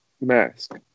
mask